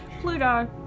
Pluto